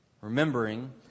Remembering